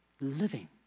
living